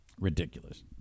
Ridiculous